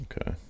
Okay